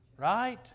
Right